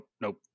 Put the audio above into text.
nope